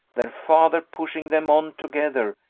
their father pushing them on together,